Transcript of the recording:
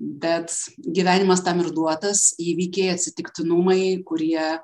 bet gyvenimas tam ir duotas įvykiai atsitiktinumai kurie